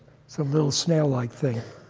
some little snail-like thing.